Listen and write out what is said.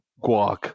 guac